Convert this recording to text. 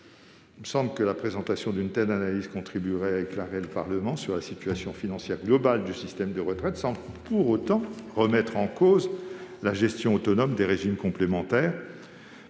Il me semble que la présentation d'une telle analyse contribuerait à éclairer le Parlement sur la situation financière globale du système des retraites, sans pour autant remettre en cause la gestion autonome des régimes complémentaires